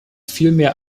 vielmehr